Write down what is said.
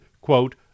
quote